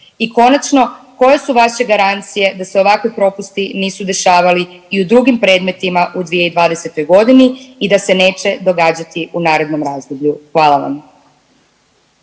I konačno, koje su vaše garancije da se ovakvi propusti nisu dešavali i u drugim predmetima u 2020.g. i da se neće događati u narednom razdoblju? Hvala vam.